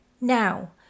Now